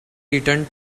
returned